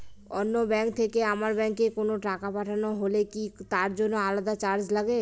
অন্য ব্যাংক থেকে আমার ব্যাংকে কোনো টাকা পাঠানো হলে কি তার জন্য আলাদা চার্জ লাগে?